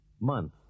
Month